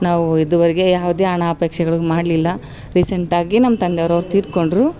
ನಾವು ಇದುವರ್ಗೆ ಯಾವುದೇ ಹಣ ಅಪೇಕ್ಷೆಗಳು ಮಾಡಲಿಲ್ಲ ರೀಸೆಂಟಾಗಿ ನಮ್ಮ ತಂದೆಯವ್ರು ತೀರಿಕೊಂಡ್ರು